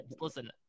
listen